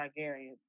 Targaryen